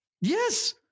Yes